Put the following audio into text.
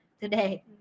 today